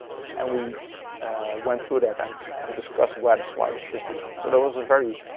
and we went through that and and discussed where the slider should be, so that was a very,